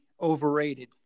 overrated